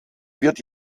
wird